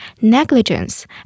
Negligence